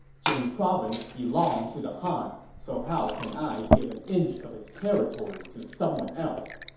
jing province belonged to the han, so how can i give an inch of its territory to someone else?